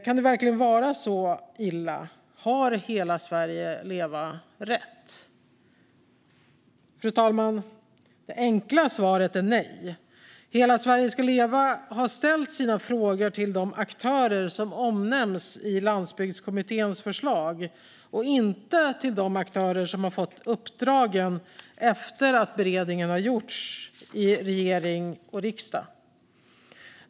Kan det verkligen vara så illa? Har Hela Sverige ska leva rätt? Fru talman! Det enkla svaret är nej. Hela Sverige ska leva har ställt sina frågor till de aktörer som omnämns i Landsbygdskommitténs förslag och inte till de aktörer som har fått uppdragen efter beredning av förslagen i regering och riksdag.